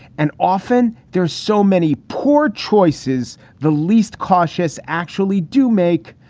and often there are so many poor choices. the least cautious. actually do make.